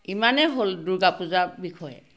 ইমানেই হ'ল দুৰ্গা পূজাৰ বিষয়ে